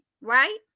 right